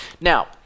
Now